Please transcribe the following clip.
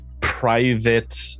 private